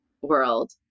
world